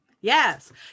Yes